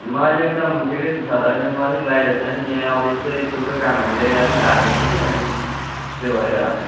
म अहिले एकदम ठिकै छु सर अहिले म अलिक बाहिर छु अलिक यहाँ अफिसकै स्कुलको कामहरूले अलिक आएको छु कि अनि त्यो भएर